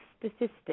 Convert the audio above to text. statistics